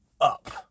up